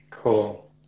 Cool